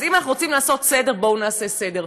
אז אם אנחנו רוצים לעשות סדר, בואו נעשה סדר.